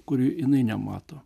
kur jinai nemato